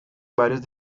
varios